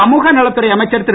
சமூகநலத் துறை அமைச்சர் திரு